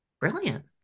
brilliant